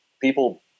People